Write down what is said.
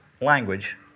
language